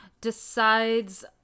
decides